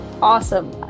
awesome